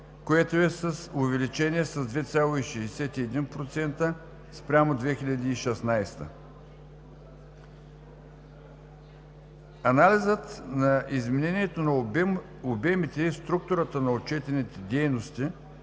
което е увеличение с 2,61% спрямо 2016 г. Анализът на изменението на обемите и структурата на отчетените дейности